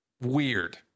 weird